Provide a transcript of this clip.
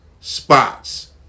spots